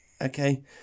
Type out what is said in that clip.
Okay